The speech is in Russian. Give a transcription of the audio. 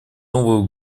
новую